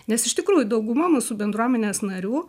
nes iš tikrųjų dauguma mūsų bendruomenės narių